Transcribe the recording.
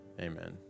amen